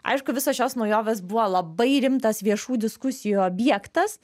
aišku visos šios naujovės buvo labai rimtas viešų diskusijų objektas